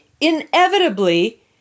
inevitably